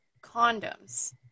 condoms